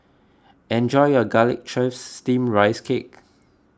enjoy your Garlic Chives Steamed Rice Cake